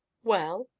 well?